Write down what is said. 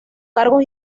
cargos